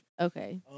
Okay